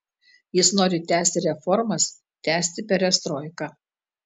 jis nori tęsti reformas tęsti perestroiką